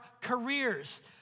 careers